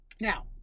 Now